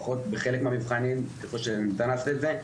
לפחות בחלק מהמבחנים ככל שניתן לעשות את זה.